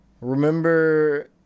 Remember